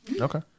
Okay